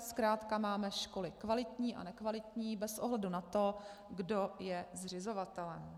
Zkrátka máme školy kvalitní a nekvalitní bez ohledu na to, kdo je zřizovatelem.